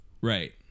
Right